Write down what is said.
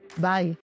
Bye